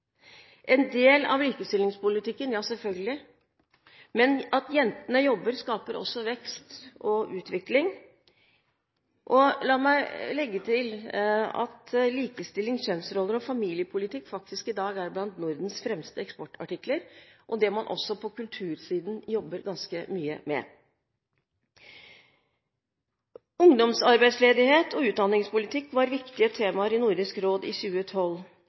En del av likestillingspolitikken, ja, selvfølgelig, men at jentene jobber, skaper også vekst og utvikling. La meg legge til at likestilling, kjønnsroller og familiepolitikk faktisk i dag er blant Nordens fremste eksportartikler, og noe man også på kultursiden jobber ganske mye med. Ungdomsarbeidsledighet og utdanningspolitikk var viktige temaer i Nordisk råd i 2012.